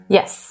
Yes